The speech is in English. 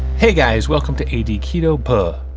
hey guys, welcome to a d. keto. but